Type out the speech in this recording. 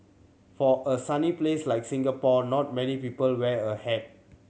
for a sunny place like Singapore not many people wear a hat